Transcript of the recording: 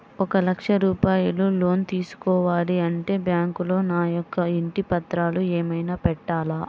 ఒక లక్ష రూపాయలు లోన్ తీసుకోవాలి అంటే బ్యాంకులో నా యొక్క ఇంటి పత్రాలు ఏమైనా పెట్టాలా?